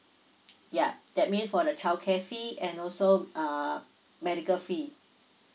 yup that mean for the childcare fee and also uh medical fee